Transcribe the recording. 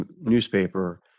newspaper